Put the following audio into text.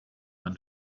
man